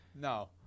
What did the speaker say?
No